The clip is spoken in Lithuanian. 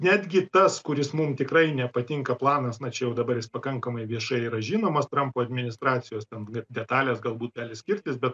netgi tas kuris mum tikrai nepatinka planas na čia jau dabar jis pakankamai viešai yra žinomas trampo administracijos ten detalės galbūt gali skirtis bet